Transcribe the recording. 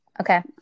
Okay